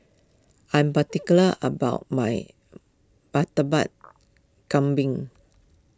I am particular about my Kambing